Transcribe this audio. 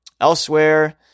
elsewhere